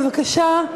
בבקשה,